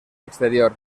exterior